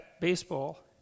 baseball